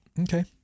Okay